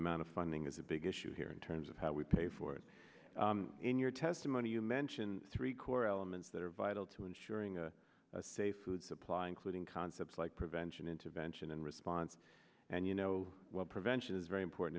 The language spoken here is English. amount of funding is a big issue here in terms of how we pay for it in your testimony you mention three core elements that are vital to ensuring a safe food supply including concepts like prevention intervention and response and you know well prevention is very important